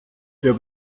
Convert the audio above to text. der